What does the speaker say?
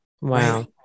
Wow